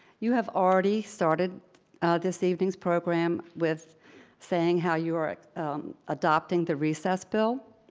you have already started this evening's program with saying how you are adopting the recess bill,